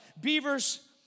Beavers